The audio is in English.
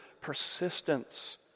persistence